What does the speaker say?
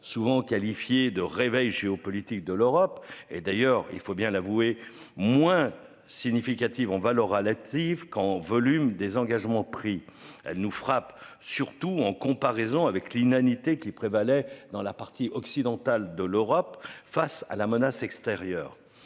souvent qualifiée de réveil géopolitique de l'Europe et d'ailleurs il faut bien l'avouer, moins significative. On va l'oral hâtive qu'en volume des engagements pris. Nous frappe surtout en comparaison avec l'inanité qui prévalait dans la partie occidentale de l'Europe face à la menace extérieure.